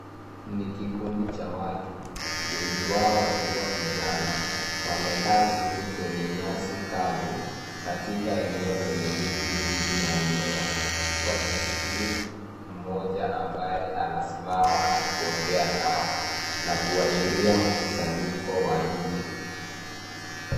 Ni kikundi cha watu, wengi wao wakiwa vijana. Wamekaa chini kwenye nyasi kavu, katika eneo lenye miti mingi na mimea. wakisikiliza mmoja ambaye anesimama na kuongea nao na kuashiria mkusanyiko wa inje.